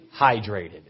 Hydrated